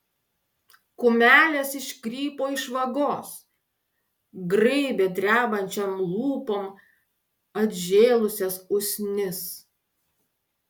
kumelės iškrypo iš vagos graibė drebančiom lūpom atžėlusias usnis